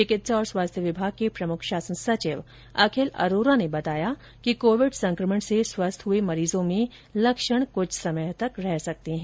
चिकित्सा और स्वास्थ्य विभाग के प्रमुख शासन सचिव अखिल अरोरा ने बताया कि कोविड संक्रमण से स्वस्थ हुए मरीजों में लक्षण कृष्ठ समय तक रह सकते हैं